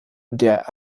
der